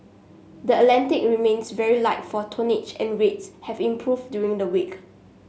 the Atlantic remains very light for tonnage and rates have improved during the week